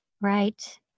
Right